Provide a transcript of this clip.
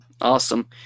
Awesome